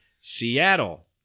Seattle